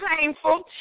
painful